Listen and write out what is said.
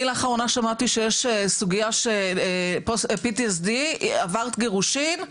אני לאחרונה שמעתי שיש סוגיה ש-PTSD עבר גירושין,